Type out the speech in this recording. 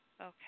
Okay